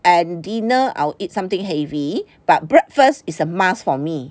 and dinner I'll eat something heavy but breakfast is a must for me